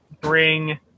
bring